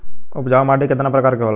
उपजाऊ माटी केतना प्रकार के होला?